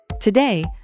Today